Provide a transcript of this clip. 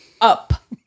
up